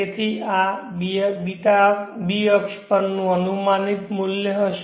તેથી આ b અક્ષ પરનું અનુમાનિત મૂલ્ય હશે